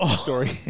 story